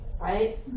right